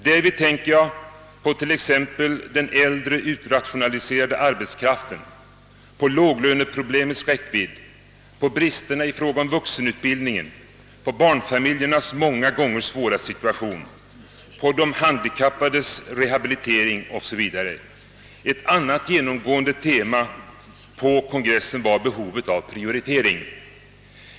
Därvid tänker jag på den äldre, utrationaliserade arbetskraften, på låglöneproblemets räckvidd, på bristerna i fråga om vuxenutbildningen, på barnfamiljernas många gånger svåra situation, på de handikappades rehabilitering o.s. v. Ett annat genomgående tema på kongressen var behovet av prioritering.